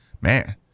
man